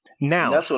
Now